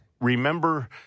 remember